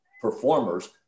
performers